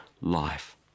life